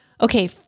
okay